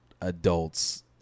adults